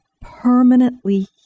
permanently